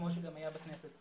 כמו שהיה בבחירות לכנסת.